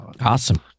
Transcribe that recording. Awesome